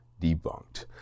debunked